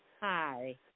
Hi